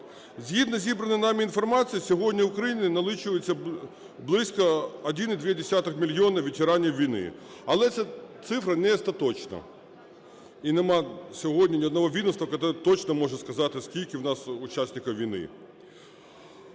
Згідно зібраної нами інформації сьогодні в Україні налічується близько 1,2 мільйона ветеранів війни. Але це цифра не остаточна, і нема сьогодні ні одного відомства, яке точно може сказати, скільки у нас учасників війни.